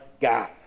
God